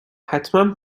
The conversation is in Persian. حتما